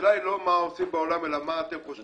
השאלה היא לא מה עושים בעולם אלא מה אתם חושבים.